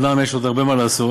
אומנם יש עוד הרבה מה לעשות,